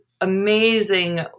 amazing